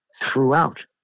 throughout